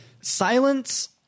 silence